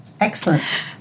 Excellent